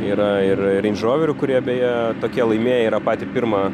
yra ir reindž roverių kurie beje tokie laimėję yra patį pirmą